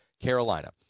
Carolina